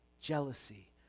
jealousy